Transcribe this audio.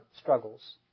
struggles